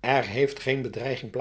er heeft geen bedreiging